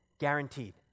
guaranteed